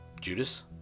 Judas